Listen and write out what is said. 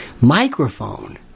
microphone